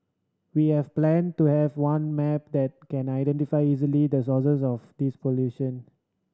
we have a plan to have one map that can identify easily the sources of this pollution